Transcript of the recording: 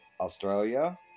Australia